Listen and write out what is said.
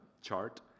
chart